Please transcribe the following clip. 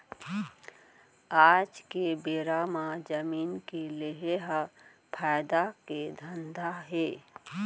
आज के बेरा म जमीन के लेहे ह फायदा के धंधा हे